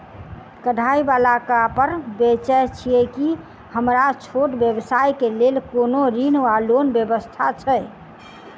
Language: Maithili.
कढ़ाई वला कापड़ बेचै छीयै की हमरा छोट व्यवसाय केँ लेल कोनो ऋण वा लोन व्यवस्था छै?